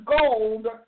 gold